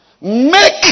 Make